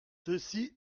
ceci